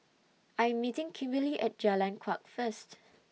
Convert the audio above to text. I Am meeting Kimberlie At Jalan Kuak First